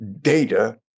data